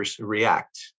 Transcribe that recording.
react